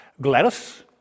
Gladys